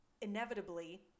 inevitably